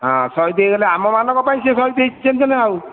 ହଁ ଶହୀଦ ହୋଇଗଲେ ଆମମାନଙ୍କ ପାଇଁ ସେ ଶହୀଦ ହୋଇଛନ୍ତି ନା ଆଉ